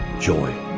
joy.